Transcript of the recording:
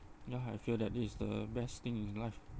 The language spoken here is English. ya I feel that this is the best thing in life